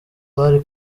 bari